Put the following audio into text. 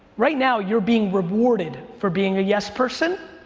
right now you're being rewarded for being a yes person,